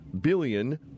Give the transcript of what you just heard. billion